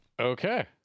Okay